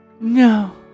No